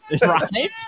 Right